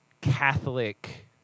Catholic